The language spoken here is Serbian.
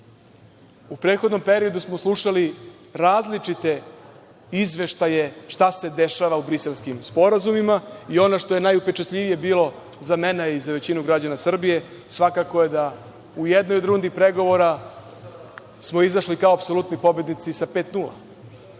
u prethodnom periodu smo slušali različite izveštaje šta se dešava u briselskim sporazumima, i ono što je bilo najupečatljivije i za većinu građana Srbije svakako je da u jednoj od rundi pregovora smo izašli kao apsolutni pobednici sa 5:0.